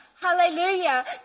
Hallelujah